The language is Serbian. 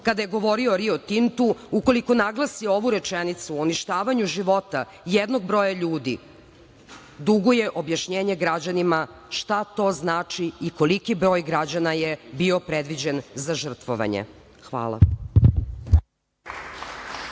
kada je govorio o Rio Tintu, ukoliko naglasi ovu rečenicu o uništavanju života jednog broja ljudi, duguje objašnjenje građanima šta to znači i koliki broj građana je bio predviđen za žrtvovanje? Hvala.